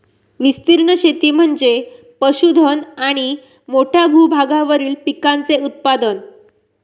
विस्तीर्ण शेती म्हणजे पशुधन आणि मोठ्या भूभागावरील पिकांचे उत्पादन